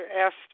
asked